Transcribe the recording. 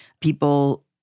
people